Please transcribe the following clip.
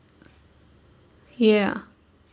ya